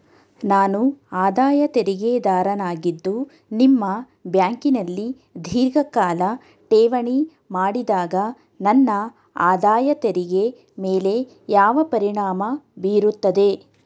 ನಾನು ಆದಾಯ ತೆರಿಗೆದಾರನಾಗಿದ್ದು ನಿಮ್ಮ ಬ್ಯಾಂಕಿನಲ್ಲಿ ಧೀರ್ಘಕಾಲ ಠೇವಣಿ ಮಾಡಿದಾಗ ನನ್ನ ಆದಾಯ ತೆರಿಗೆ ಮೇಲೆ ಯಾವ ಪರಿಣಾಮ ಬೀರುತ್ತದೆ?